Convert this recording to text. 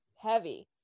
Heavy